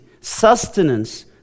sustenance